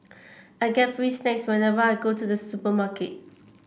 I get free snacks whenever I go to the supermarket